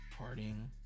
partying